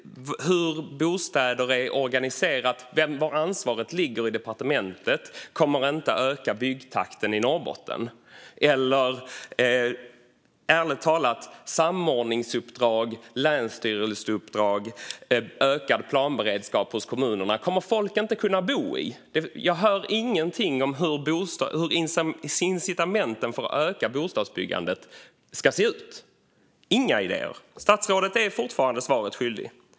Hur bostadspolitiken organiseras eller var ansvaret i departementet ligger kommer inte att öka byggtakten i Norrbotten. Ärligt talat kommer folk inte att kunna bo i samordningsuppdrag, länsstyrelseuppdrag eller ökad planberedskap hos kommunerna. Jag hör ingenting om hur incitamenten för att öka bostadsbyggandet ska se ut - inga idéer! Statsrådet är fortfarande svaret skyldig.